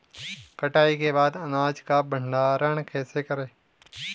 कटाई के बाद अनाज का भंडारण कैसे करें?